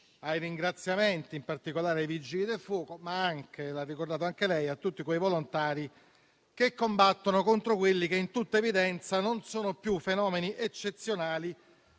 ai ringraziamenti, in particolare ai Vigili del fuoco, ma anche - come ha ricordato anche lei - a tutti i volontari che combattono contro quelli che in tutta evidenza non sono più fenomeni eccezionali,